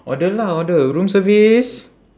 order lah order room service